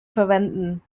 verwenden